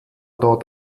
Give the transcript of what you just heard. dort